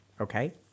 Okay